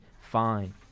fine